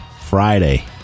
Friday